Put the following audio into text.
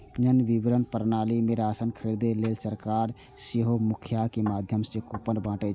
जन वितरण प्रणाली मे राशन खरीदै लेल सरकार सेहो मुखियाक माध्यम सं कूपन बांटै छै